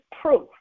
proof